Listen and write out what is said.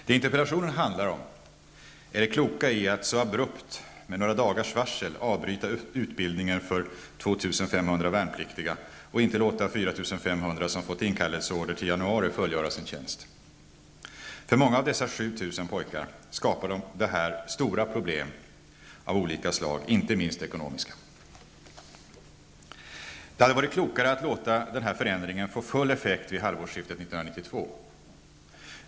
Det interpellationen handlar om är det kloka i att så abrupt, med några dagars varsel, avbryta utbildningen för 2 500 värnpliktiga och inte låta de 4 500 som fått inkallelseorder till januari fullgöra sin tjänst. För många av dessa 7 000 pojkar skapar det stora problem av olika slag, inte minst ekonomiska. Det hade varit klokare att låta förändringen få full effekt vid halvårsskiftet 1992.